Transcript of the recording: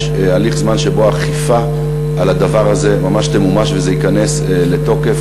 יש הליך זמן שבו האכיפה על הדבר הזה ממש תמומש וזה ייכנס לתוקף,